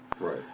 Right